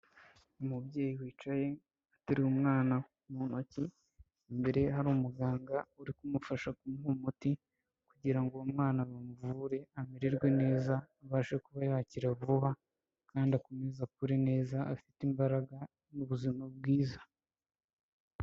Umubyeyi wicaye ateruye umwana mu ntoki, imbere ye hari umuganga uri kumufasha kumuha umuti kugira ngo uwo mwana bamuvure amererwe neza, abashe kuba yakira vuba kandi akomeze akure neza afite imbaraga n'ubuzima bwiza.